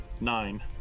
Nine